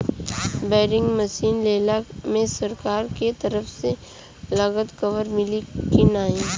Boring machine लेला मे सरकार के तरफ से लागत कवर मिली की नाही?